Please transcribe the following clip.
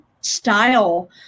style